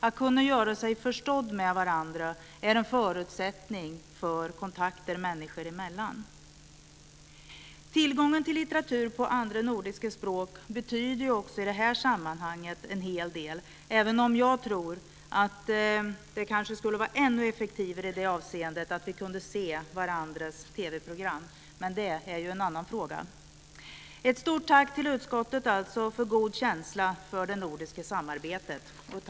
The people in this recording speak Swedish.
Att kunna göra sig förstådd med varandra är en förutsättning för kontakter människor emellan. Tillgången till litteratur på andra nordiska språk betyder i det här sammanhanget en hel del, även om jag tror att det kanske skulle vara ännu effektivare i det avseendet om vi kunde se varandras TV-program. Men det är en annan fråga. Jag vill ge ett stort tack till utskottet för god känsla för det nordiska samarbetet.